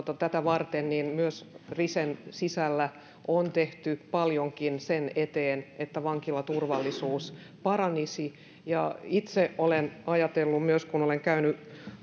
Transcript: tätä varten myös risen sisällä on tehty paljonkin sen eteen että vankilaturvallisuus paranisi itse olen ajatellut myös kun olen käynyt